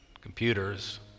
computers